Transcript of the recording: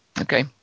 Okay